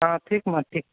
ହଁ ଠିକ୍ ମାଆ ଠିକ୍